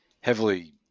heavily